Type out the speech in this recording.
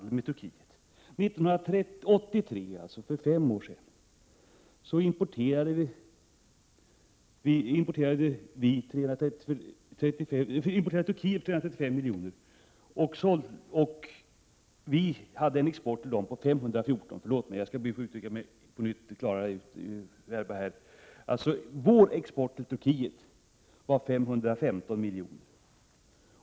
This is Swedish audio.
År 1983, alltså för fem år sedan, var Sveriges export till Turkiet 515 miljoner.